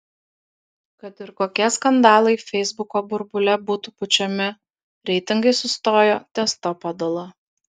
kad ir kokie skandalai feisbuko burbule būtų pučiami reitingai sustojo ties ta padala